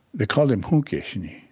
they called him hunkesni.